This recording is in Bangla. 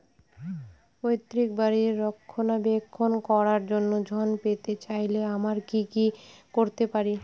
পৈত্রিক বাড়ির রক্ষণাবেক্ষণ করার জন্য ঋণ পেতে চাইলে আমায় কি কী করতে পারি?